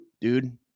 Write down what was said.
dude